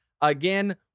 Again